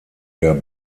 der